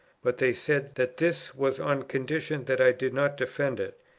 but they said that this was on condition that i did not defend it,